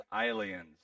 aliens